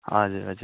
हजुर हजुर